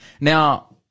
Now